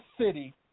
city